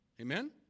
Amen